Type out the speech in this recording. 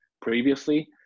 previously